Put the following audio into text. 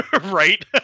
Right